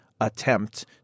attempt